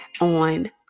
on